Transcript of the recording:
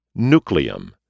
Nucleum